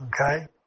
Okay